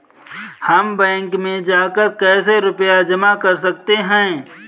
हम बैंक में जाकर कैसे रुपया जमा कर सकते हैं?